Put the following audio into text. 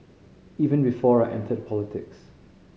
even before I entered politics